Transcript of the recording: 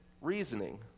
reasoning